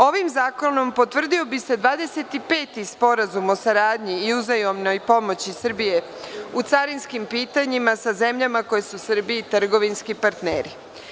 Ovim zakonom potvrdio se 25 sporazum o saradnji i uzajamnoj pomoći Srbije u carinskim pitanjima sa zemljama koje su Srbiji trgovinski partneri.